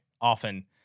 often